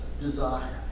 desire